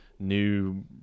new